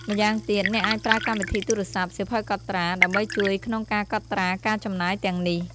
ម្យ៉ាងទៀត អ្នកអាចប្រើកម្មវិធីទូរស័ព្ទ សៀវភៅកត់ត្រា ដើម្បីជួយក្នុងការកត់ត្រាការចំណាយទាំងនេះ។